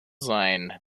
sein